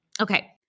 Okay